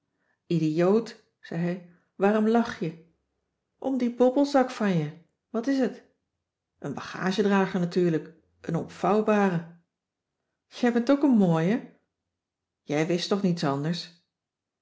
idioot zei hij waarom lach je om dien bobbelzak van je wat is t een bagagedrager natuurlijk een opvouwbare jij bent ook een mooie jij wist toch niets anders